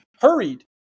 hurried